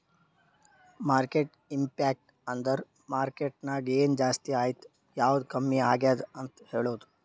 market impact ಅಂದುರ್ market ನಾಗ್ ಎನ್ ಜಾಸ್ತಿ ಆಯ್ತ್ ಯಾವ್ದು ಕಮ್ಮಿ ಆಗ್ಯಾದ್ ಅಂತ್ ಹೇಳ್ತುದ್